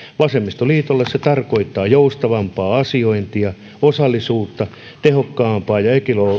vasemmistoliitolle se tarkoittaa joustavampaa asiointia osallisuutta tehokkaampaa ja